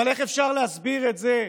אבל איך אפשר להסביר את זה,